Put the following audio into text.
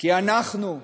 כי אנחנו,